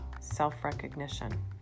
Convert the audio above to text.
self-recognition